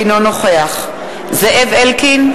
אינו נוכח זאב אלקין,